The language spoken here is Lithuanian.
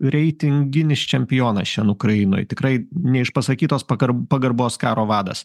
reitinginis čempionas šiandien ukrainoj tikrai neišpasakytos pagarb pagarbos karo vadas